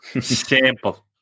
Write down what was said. Simple